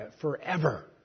forever